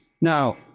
Now